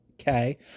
okay